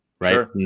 right